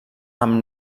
amb